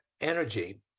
energy